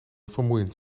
vermoeiend